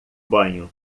banho